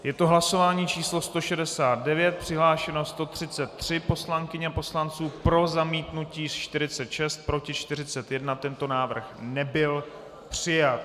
Je to hlasování číslo 169, přihlášeno 133 poslankyň a poslanců, pro zamítnutí 46, proti 41, tento návrh nebyl přijat.